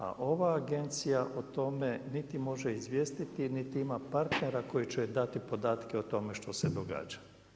A ova Agencija o tome niti može izvijestiti niti ima partnera koji će joj dati podatke o tome što se događa.